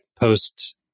post